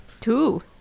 Two